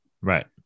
Right